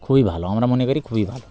খুবই ভালো আমরা মনে করি খুবই ভালো